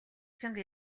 чанга